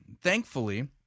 thankfully